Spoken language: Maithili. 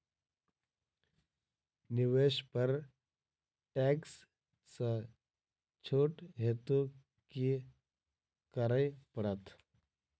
निवेश पर टैक्स सँ छुट हेतु की करै पड़त?